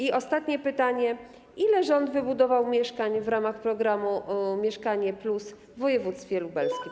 I ostatnie pytanie: Ile rząd wybudował mieszkań w ramach programu „Mieszkanie+” w województwie lubelskim?